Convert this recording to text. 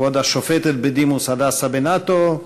כבוד השופטת בדימוס הדסה בן-עתו,